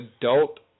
adult